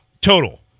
Total